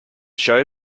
show